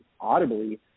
audibly